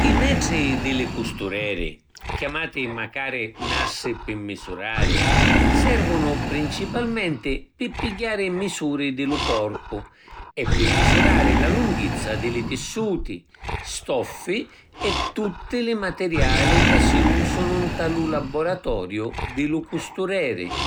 I metri di li custureri, chiamati macari nastri pi misurari, servunu principalmenti pi pigghiari misuri di lu corpu e pi misurari la lunghizza di li tissuti, stoffi e tutti li matiriali ca si usunu nta lu laboratoriu di lu custureri.